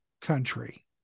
country